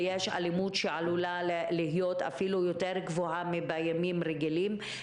ויש אלימות שעלולה להיות אפילו יותר גבוהה מאשר בימים רגילים.